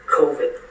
COVID